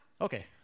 Okay